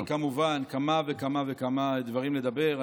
הכנתי כמובן כמה וכמה וכמה דברים לדבר,